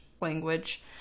language